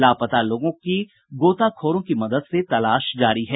लापता लोगों की गोताखोरों की मदद से तलाश जारी है